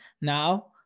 now